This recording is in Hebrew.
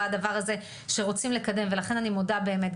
הדבר הזה שרוצים לקדם ולכן אני מודה באמת,